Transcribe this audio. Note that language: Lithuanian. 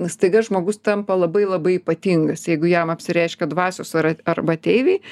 staiga žmogus tampa labai labai ypatingas jeigu jam apsireiškia dvasios ar arba ateiviai